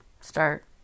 start